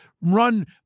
run